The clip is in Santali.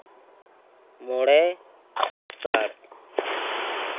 ᱢᱚᱬᱮ ᱟᱥᱟᱲ